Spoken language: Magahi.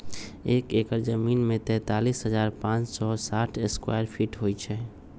एक एकड़ जमीन में तैंतालीस हजार पांच सौ साठ स्क्वायर फीट होई छई